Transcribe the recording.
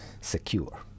secure